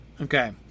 okay